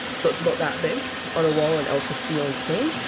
so it's about that big on a wall in el castillo in spain.